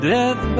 Death